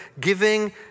Giving